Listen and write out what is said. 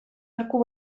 arku